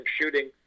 shooting